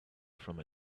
from